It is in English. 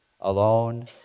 alone